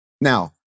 Now